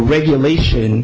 regulation